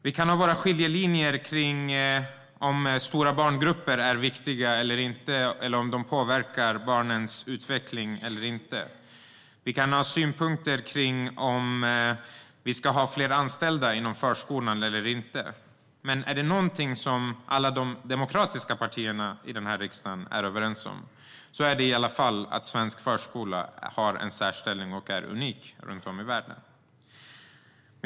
Vi kan ha våra skiljelinjer kring om stora barngrupper är viktiga eller inte eller om de påverkar barnens utveckling eller inte. Vi kan ha synpunkter på om vi ska ha fler anställda inom förskolan eller inte. Men är det någonting som alla de demokratiska partierna i riksdagen är överens om är det att svensk förskola har en särställning och är unik runt om i världen.